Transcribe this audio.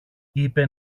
είπε